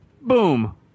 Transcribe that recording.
Boom